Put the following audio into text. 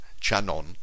Channon